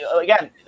again